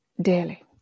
daily